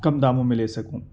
کم داموں میں لے سکوں